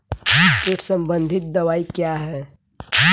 कीट संबंधित दवाएँ क्या हैं?